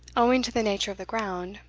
owing to the nature of the ground,